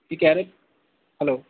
की हैलो